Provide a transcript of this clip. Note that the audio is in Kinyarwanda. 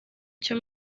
cyo